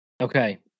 Okay